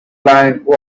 line